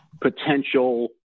potential